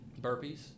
Burpees